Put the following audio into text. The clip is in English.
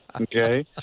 Okay